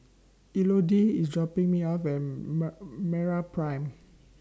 Elodie IS dropping Me off At Meraprime